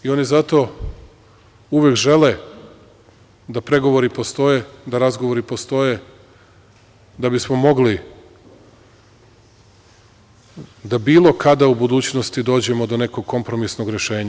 I oni zato uvek žele da pregovori postoje, da razgovori postoje, da bismo mogli da bilo kada u budućnosti dođemo do nekog kompromisnog rešenja.